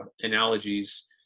analogies